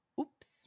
Oops